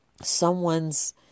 someone's